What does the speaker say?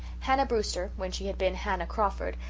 hannah brewster, when she had been hannah crawford,